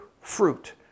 fruit